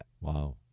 Wow